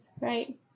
right